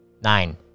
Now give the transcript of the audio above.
Nine